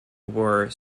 were